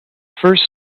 first